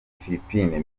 philippines